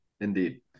indeed